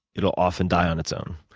it will often die on its own.